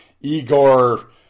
Igor